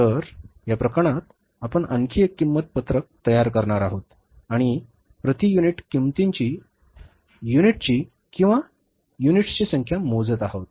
तर या प्रकरणात आपण आणखी एक किंमत पत्रक तयार करणार आहोत आणि प्रति युनिट किंमतीची युनिटची किंवा युनिट्सचीही संख्या मोजत आहोत